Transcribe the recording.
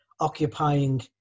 Occupying